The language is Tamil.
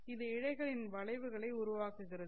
இது இழைகளின் வளைவுகளை உருவாக்குகிறது